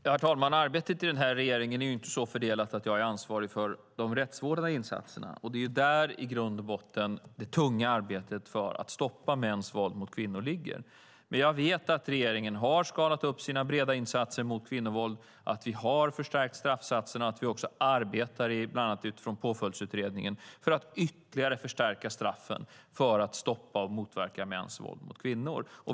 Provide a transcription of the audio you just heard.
Herr talman! Arbetet i regeringen är inte så fördelat att jag är ansvarig för de rättsvårdande insatserna, och det är där i grund och botten som det tunga arbetet med att stoppa mäns våld mot kvinnor ligger. Men jag vet att regeringen har skalat upp sina breda insatser mot kvinnovåld, att vi har förstärkt straffsatserna och att vi arbetar bland annat utifrån Påföljdsutredningen för att ytterligare förstärka straffen för att stoppa och motverka mäns våld mot kvinnor.